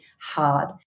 hard